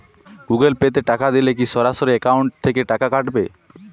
Google Pay তে টাকা দিলে কি সরাসরি অ্যাকাউন্ট থেকে টাকা কাটাবে?